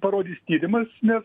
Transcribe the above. parodys tyrimas nes